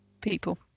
People